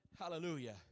Hallelujah